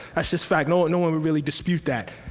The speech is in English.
that's just fact. no no one would really dispute that.